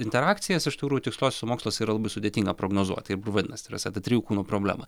interakcijas iš tikrųjų tiksliuosiuose moksluose yra labai sudėtinga prognozuot taip ir vadinasi ta prasme apie trijų kūnų problemą